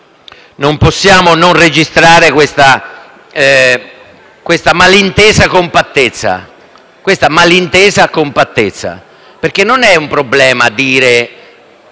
non possiamo non registrare questa malintesa compattezza, perché non è un problema dire